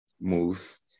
move